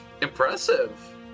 Impressive